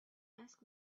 asked